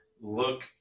look